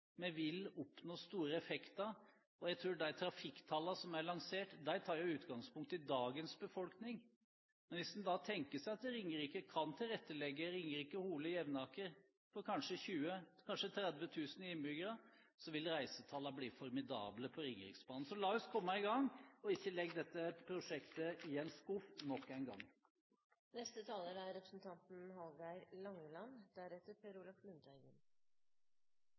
vi ha svært mye igjen for det. Vi vil oppnå store effekter, og de trafikktallene som er lansert, tar utgangspunkt i dagens befolkning. Hvis en tenker seg at Ringerike, Hole og Jevnaker kan tilrettelegge for 20 000–30 000 innbyggere, vil reisetallene bli formidable på Ringeriksbanen. Så la oss komme i gang, og ikke legg dette prosjektet i en skuff nok en gang.